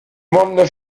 monde